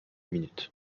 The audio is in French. minutes